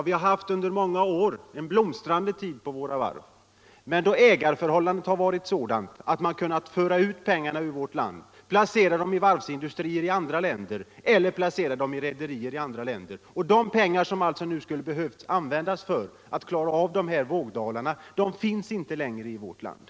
Vi har under många år haft en blomstrande tid på våra varv. Men ägarförhållandet har varit sådant att man kunnat föra ut pengarna ur vårt land, placera dem i varvindustrier eller rederier i andra länder. De pengar som alltså nu skulle behöva användas för att klara av dessa vågdalar Nr 27 finns inte längre i vårt land.